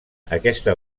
aquesta